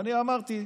ואני אמרתי: